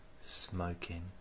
smoking